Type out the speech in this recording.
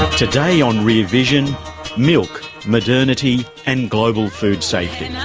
today on rear vision milk, modernity and global food safety.